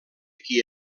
qui